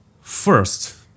first